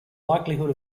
likelihood